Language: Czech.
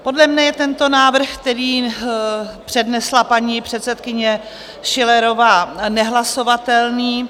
Podle mne je tento návrh, který přednesla paní předsedkyně Schillerová, nehlasovatelný.